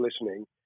listening